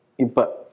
Ipa